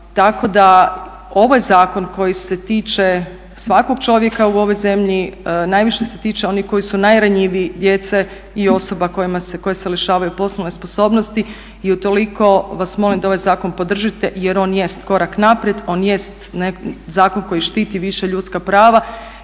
Tako da ovaj zakon koji se tiče svakog čovjeka u ovoj zemlji najviše se tiče onih koji su najranjiviji djece i osoba koje se lišavaju poslovne sposobnosti i utoliko vas molim da ovaj zakon podržite jer on jest korak naprijed, on jest zakon koji štiti viša ljudska prava